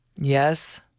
Yes